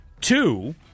Two